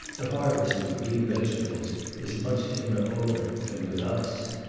the harvest of green vegetables is much sooner over than with us.